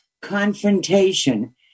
confrontation